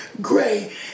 gray